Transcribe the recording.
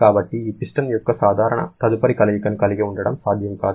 కాబట్టి ఈ పిస్టన్ యొక్క తదుపరి కదలికను కలిగి ఉండటం సాధ్యం కాదు